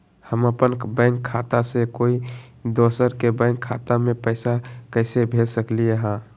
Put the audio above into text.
हम अपन बैंक खाता से कोई दोसर के बैंक खाता में पैसा कैसे भेज सकली ह?